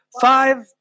five